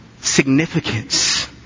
significance